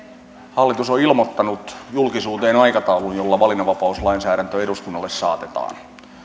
hallitus on ilmoittanut julkisuuteen aikataulun jolla valinnanvapauslainsäädäntö eduskunnalle saatetaan